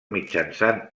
mitjançant